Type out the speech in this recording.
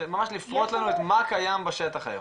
ממש לפרוט לנו מה קיים בשטח היום?